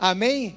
Amém